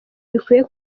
bikwiye